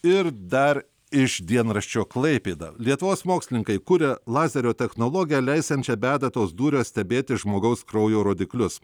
ir dar iš dienraščio klaipėda lietuvos mokslininkai kuria lazerio technologiją leisiančią be adatos dūrio stebėti žmogaus kraujo rodiklius